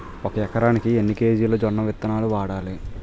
ఒక ఎకరానికి ఎన్ని కేజీలు జొన్నవిత్తనాలు వాడాలి?